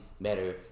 better